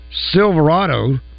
Silverado